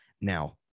Now